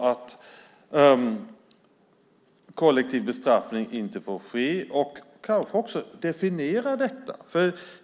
att kollektiv bestraffning inte får ske och kanske också definiera detta.